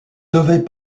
devait